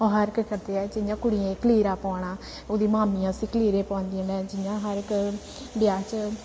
ओह् हर इक्क करदे ऐ जि'यां कुड़ियें गी कलीरा पोआना ओह्दी मामियां उस्सी कलीरे पोआंदियां न जि'यां हर इक ब्याह् च